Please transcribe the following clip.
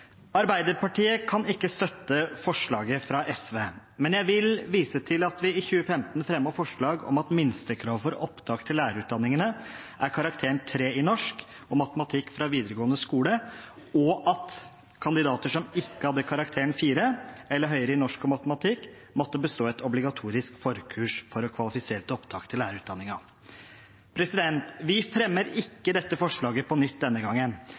Arbeiderpartiet kan ikke støtte forslaget fra SV, men jeg vil vise til at vi i 2015 fremmet forslag om at minstekravet for opptak til lærerutdanningene er karakteren 3 i norsk og matematikk fra videregående skole, og at kandidater som ikke hadde karakteren 4 eller høyere i norsk og matematikk, måtte bestå et obligatorisk forkurs for å kvalifisere til opptak til lærerutdanningen. Vi fremmer ikke dette forslaget på nytt denne gangen,